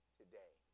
today